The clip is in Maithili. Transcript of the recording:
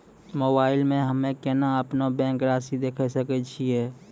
मोबाइल मे हम्मय केना अपनो बैंक रासि देखय सकय छियै?